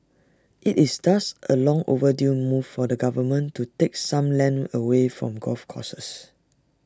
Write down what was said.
IT is thus A long overdue move for the government to take some land away from golf courses